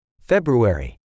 February